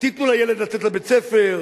תנו לילד לצאת לבית-הספר,